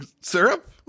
syrup